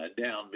down